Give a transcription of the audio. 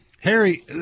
Harry